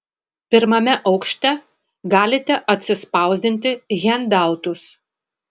pirmame aukšte galite atsispausdinti hendautus